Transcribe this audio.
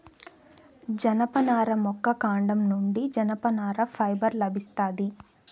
జనపనార మొక్క కాండం నుండి జనపనార ఫైబర్ లభిస్తాది